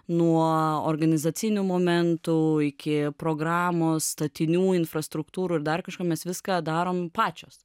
nuo organizacinių momentų iki programos statinių infrastruktūrų ir dar kažko mes viską darom pačios